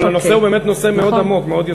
אבל הנושא הוא באמת נושא מאוד יסודי.